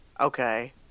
Okay